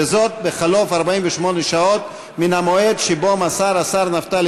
בחלוף 48 שעות מן המועד שבו מסר השר נפתלי